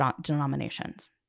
denominations